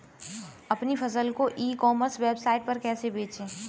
अपनी फसल को ई कॉमर्स वेबसाइट पर कैसे बेचें?